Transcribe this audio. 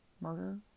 murder